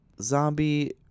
zombie